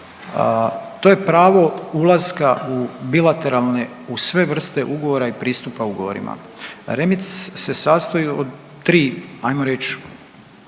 to je pravo ulaska u bilateralne u sve vrste ugovora i pristupa ugovorima. REMIT se sastoji od 3 ajmo reći